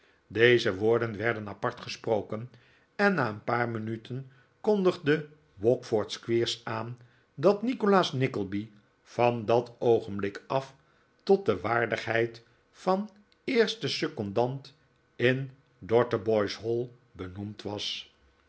deze woorden werden apart gesproken en na een paar minuten kondigde wackford squeers aan dat nikolaas nickleby van dat oogenblik af tot de waardigheid van eersten secondant in dotheboys hall benoemd wds